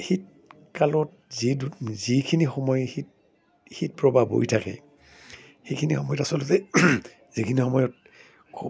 শীতকালত যি যিখিনি সময় শীত শীত প্ৰবাৱ বৈ থাকে সেইখিনি সময়ত আচলতে যিখিনি সময়ত খুব